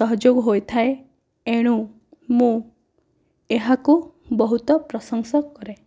ସହଯୋଗ ହୋଇଥାଏ ଏଣୁ ମୁଁ ଏହାକୁ ବହୁତ ପ୍ରଶଂସା କରେ